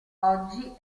oggi